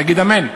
תגיד "אמן".